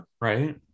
Right